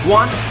one